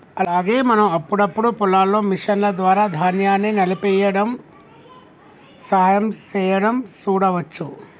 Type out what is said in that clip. అలాగే మనం అప్పుడప్పుడు పొలాల్లో మిషన్ల ద్వారా ధాన్యాన్ని నలిపేయ్యడంలో సహాయం సేయడం సూడవచ్చు